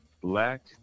black